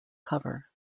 cover